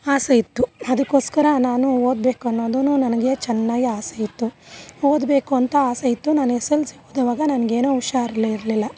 ಆಸೆ ಇತ್ತು ಅದಕ್ಕೋಸ್ಕರ ನಾನು ಓದಬೇಕು ಅನ್ನೋದೂ ನನಗೆ ಚೆನ್ನಾಗಿ ಆಸೆ ಇತ್ತು ಓದಬೇಕು ಅಂತ ಆಸೆ ಇತ್ತು ನಾನು ಎಸ್ ಎಲ್ ಸಿ ಓದೋವಾಗ ನನಗೇನೋ ಹುಷಾರಿರ್ಲ್ಲ ಇರಲಿಲ್ಲ